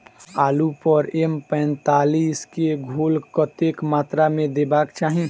आलु पर एम पैंतालीस केँ घोल कतेक मात्रा मे देबाक चाहि?